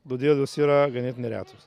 todėl jos yra ganėtinai retos